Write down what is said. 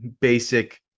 basic